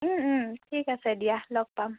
ঠিক আছে দিয়া লগ পাম